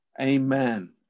amen